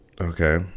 Okay